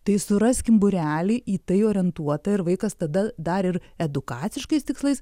tai suraskim būrelį į tai orientuotą ir vaikas tada dar ir edukaciškais tikslais